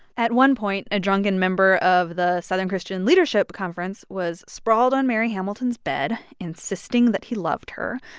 at one point, a drunken member of the southern christian leadership but conference was sprawled on mary hamilton's bed insisting that he loved her.